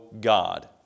God